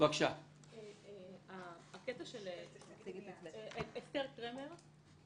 קואליציית הורים